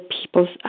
people's